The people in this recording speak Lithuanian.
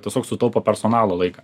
tiesiog sutaupo personalo laiką